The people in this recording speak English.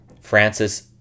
Francis